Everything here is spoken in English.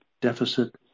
Deficit